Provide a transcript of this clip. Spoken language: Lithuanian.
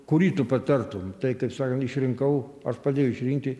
kurį tu patartum tai kaip sakant išrinkau aš padėjau išrinkti